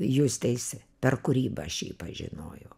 jūs teisi per kūrybą aš jį pažinojau